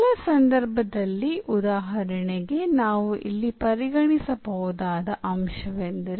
ಸರಳ ಸಂದರ್ಭದಲ್ಲಿ ಉದಾಹರಣೆಗೆ ನಾವು ಇಲ್ಲಿ ಪರಿಗಣಿಸಬಹುದಾದ ಅಂಶವೆಂದರೆ